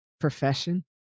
profession